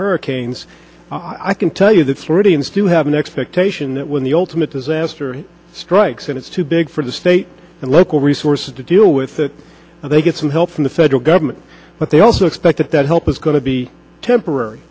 hurricanes i can tell you that floridians do have an expectation that when the ultimate disaster strikes and it's too big for the state and local resources to deal with that and they get some help from the federal government but they also expect that help is going to be temporary